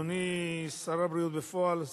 אדוני שר הבריאות בפועל,